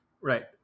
Right